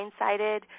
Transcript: blindsided